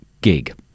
gig